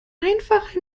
einfach